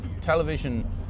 television